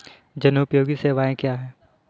जनोपयोगी सेवाएँ क्या हैं?